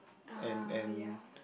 and and